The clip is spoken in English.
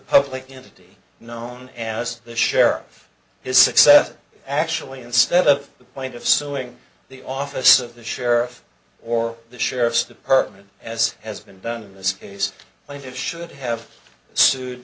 public entity known as the sheriff his success actually instead of the point of suing the office of the sheriff or the sheriff's department as has been done in this case like it should have sued